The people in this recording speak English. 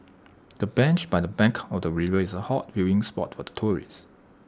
the bench by the bank of the river is A hot viewing spot for tourists